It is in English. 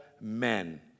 men